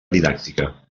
didàctica